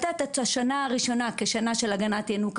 כדאי לתת לכל חברה חדשה את השנה הראשונה כשנה של הגנת ינוקא,